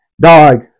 Dog